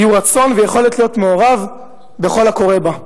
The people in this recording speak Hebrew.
עם רצון ויכולת להיות מעורב בכל הקורה בה.